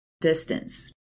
distance